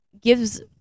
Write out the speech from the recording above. gives